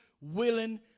willing